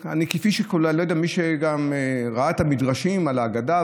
מי שגם ראה את המדרשים על האגדה,